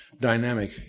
dynamic